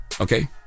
Okay